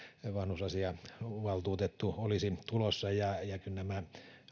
vanhusasiavaltuutettu olisi tulossa ja ja nämä